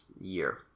year